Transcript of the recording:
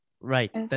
Right